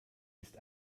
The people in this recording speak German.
ist